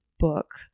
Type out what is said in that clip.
book